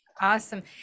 Awesome